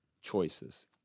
choices